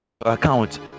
account